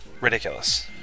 ridiculous